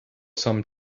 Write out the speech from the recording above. some